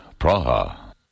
Praha